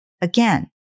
Again